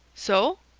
so!